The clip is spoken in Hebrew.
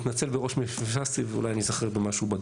מתנצל מראש בפני מי שפספסתי ואולי אני אזכר בדרך.